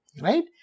right